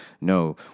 no